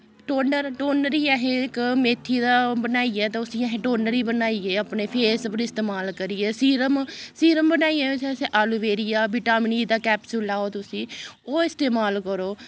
toner toner ही असें इक मेथी दा बनाइयै ते उस्सी असें टोनर गी बनाइयै अपने फेस पर इस्तेमाल करियै सीरम सीरम बनाइयै जैसे एलोवेरिआ बिटामिन ई दा कैप्सूल लाओ तुसी ओह् इस्तेमाल करो